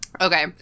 okay